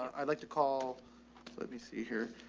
um i'd like to call, let me see here.